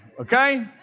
okay